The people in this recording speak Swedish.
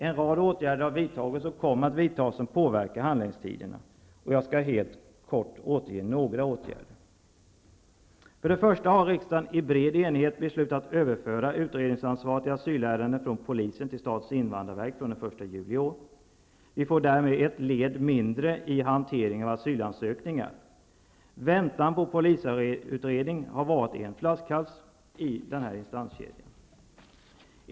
En rad åtgärder har vidtagits och kommer att vidtas som påverkar handläggningstiderna. Jag skall helt kort återge några av åtgärderna. För det första har riksdagen i bred enighet beslutat att överföra utredningsansvaret i asylärenden från polisen till statens invandrarverk den 1 juli i år. Vi får därmed ett led mindre i hanteringen av asylansökningar. Väntan på polisutredning har varit en flaskhals i instanskedjan.